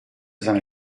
seine